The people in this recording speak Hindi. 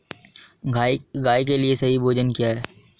गाय के लिए सही भोजन क्या है?